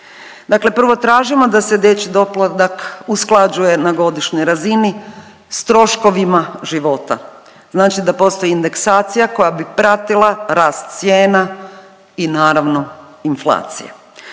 Dakle, prvo tražimo da se dječji doplatak usklađuje na godišnjoj razini s troškovima života, znači da postoji indeksacija koja bi pratila rast cijena i naravno inflacije.